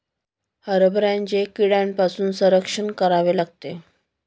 हरभऱ्याचे कीड्यांपासून संरक्षण करावे लागते